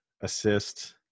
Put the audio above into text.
assist